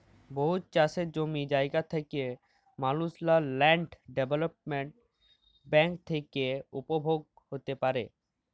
বহুত চাষের জমি জায়গা থ্যাকা মালুসলা ল্যান্ড ডেভেলপ্মেল্ট ব্যাংক থ্যাকে উপভোগ হ্যতে পারে